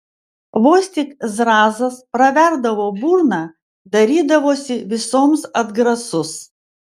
vos tik zrazas praverdavo burną darydavosi visoms atgrasus